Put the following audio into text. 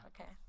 Okay